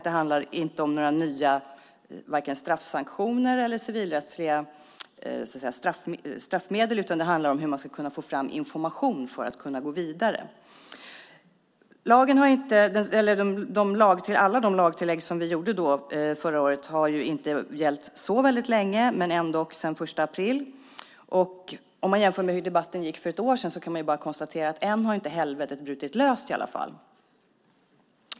Det handlar inte om några nya vare sig straffsanktioner eller civilrättsliga straffmedel, utan det handlar om hur man ska kunna få fram information för att kunna gå vidare. Alla de lagtillägg som vi gjorde förra året har inte gällt så länge, men ändock sedan den 1 april. Om man jämför med hur debatten gick för ett år sedan kan man bara konstatera att än har inte helvetet brutit löst.